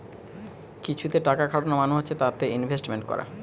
কিছুতে টাকা খাটানো মানে হচ্ছে তাতে ইনভেস্টমেন্ট করা